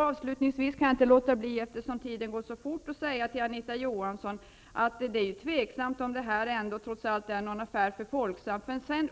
Avslutningsvis kan jag inte låta bli -- eftersom tiden går så fort -- att säga till Anita Johansson att det är tveksamt om detta trots allt är någon affär